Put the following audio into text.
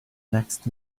next